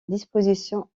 disposition